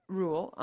rule